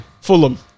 Fulham